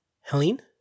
Helene